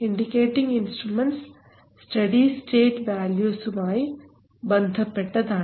indicating instruments study state വാല്യൂസുമായി ബന്ധപ്പെട്ടതാണ്